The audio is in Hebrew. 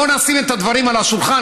בואו נשים את הדברים על השולחן,